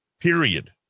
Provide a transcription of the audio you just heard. Period